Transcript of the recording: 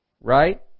right